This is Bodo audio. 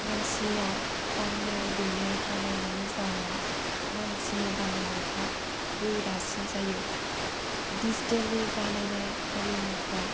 मानसिया दांनाय दैनाय बानायनायनि जाउनाव मानसिनि बानायनायफ्रा गोरासिन जायो दिजिथेलै बानायनाय आरिमुफ्रा